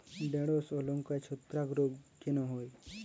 ঢ্যেড়স ও লঙ্কায় ছত্রাক রোগ কেন হয়?